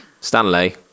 Stanley